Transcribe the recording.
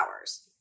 hours